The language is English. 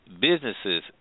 businesses